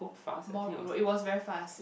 more rural it was very fast